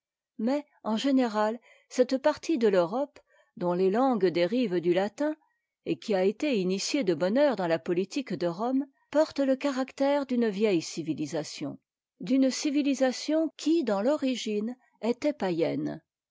mais en général cette partie de l'europe dont les langues dérivent du latin et qui a été initiée de bonne heure dans la politique de rome porte le caractère d'une vieille civitisation qui dans l'origine était patenne